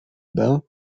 bell